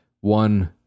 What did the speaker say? One